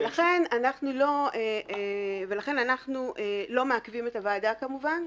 לכן אנחנו לא מעכבים את הוועדה כמובן.